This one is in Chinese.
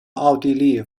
奥地利